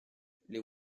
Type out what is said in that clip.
les